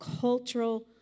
cultural